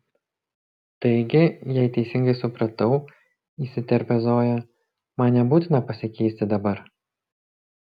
taigi jei teisingai supratau įsiterpia zoja man nebūtina pasikeisti dabar